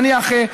נניח,